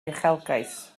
uchelgais